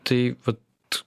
tai vat